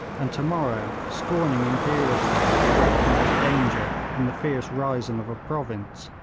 and to-morrow scorning imperiously to recognise danger in the fierce rising of a province.